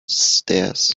stairs